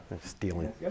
stealing